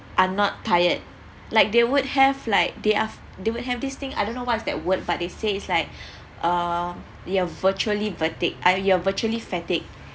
are not tired like they would have like they are they would have this thing I don't know what's that word but they say it's like uh you're virtually vatig~ I you're virtually fatigue